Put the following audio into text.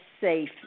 safe